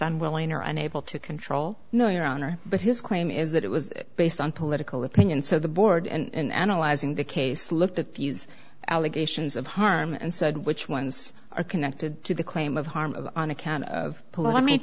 unwilling or unable to control no your honor but his claim is that it was based on political opinion so the board and analyzing the case looked at these allegations of harm and said which ones are connected to the claim of harm on account of